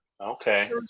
Okay